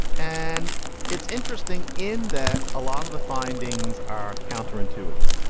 and it's interesting in that a lot of the findings are counterintuitive.